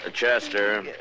Chester